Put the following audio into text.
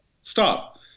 Stop